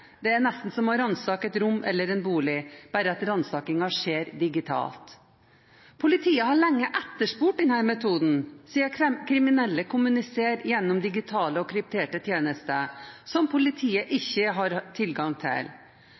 Det er nesten som å ransake et rom eller en bolig, bare at ransakingen skjer digitalt. Politiet har lenge etterspurt denne metoden, siden kriminelle kommuniserer gjennom digitale og krypterte tjenester som politiet ikke har tilgang til.